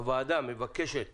הוועדה מבקשת